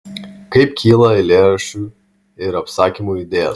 kaip kyla eilėraščių ir apsakymų idėjos